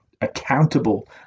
accountable